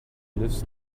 lives